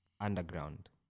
underground